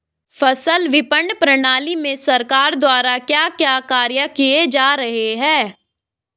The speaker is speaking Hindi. फसल विपणन प्रणाली में सरकार द्वारा क्या क्या कार्य किए जा रहे हैं?